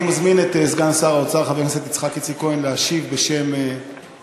אני מזמין את סגן שר האוצר חבר הכנסת יצחק איציק כהן להשיב בשם הממשלה.